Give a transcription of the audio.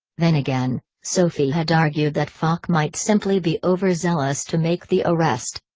then again, sophie had argued that fache might simply be overzealous to make the arrest.